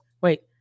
wait